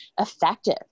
effective